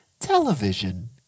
Television